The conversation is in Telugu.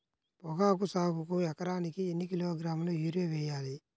పొగాకు సాగుకు ఎకరానికి ఎన్ని కిలోగ్రాముల యూరియా వేయాలి?